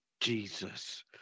Jesus